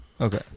Okay